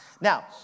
Now